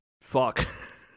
fuck